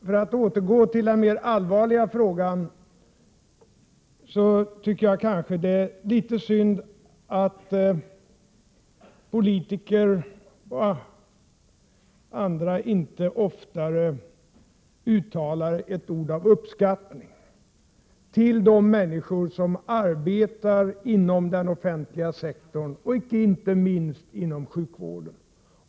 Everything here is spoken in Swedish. För att återgå till den mer allvarliga frågan, tycker jag att det är litet synd att politiker och andra inte oftare uttalar ett ord av uppskattning till de människor som arbetar inom den offentliga sektorn, inte minst människor inom sjukvården.